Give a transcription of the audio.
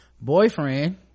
boyfriend